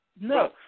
No